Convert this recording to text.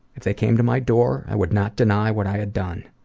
if they came to my door, i would not deny what i had done.